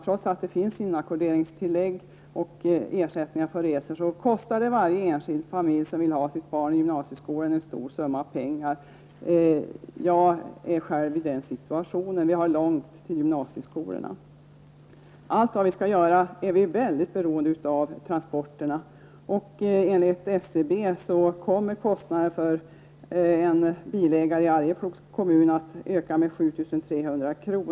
Trots att det finns inackorderingstillägg och ersättningar för resor, så kostar det varje enskild familj som vill ha sitt barn i gymnasieskolan en stor summa pengar. Jag är själv i den situationen. Vi har långt till gymnasieskolorna. Vi är väldigt beroende av transporterna för allt vi skall göra. Enligt SCB kommer kostnaden för en bilägare i Arjeplogs kommun att öka med 7 300 kr.